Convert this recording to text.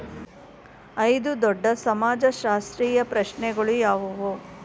ಐದು ದೊಡ್ಡ ಸಮಾಜಶಾಸ್ತ್ರೀಯ ಪ್ರಶ್ನೆಗಳು ಯಾವುವು?